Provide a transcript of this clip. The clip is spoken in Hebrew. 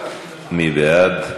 מי בעד?